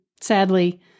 sadly